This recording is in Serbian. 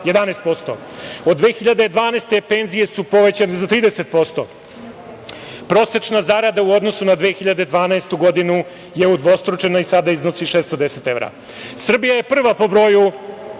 11%.Od 2012. godine penzije su povećane za 30%. Prosečna zarada u odnosu na 2012. godinu je udvostručena i sada iznosi 610 evra. Srbija je prva po broju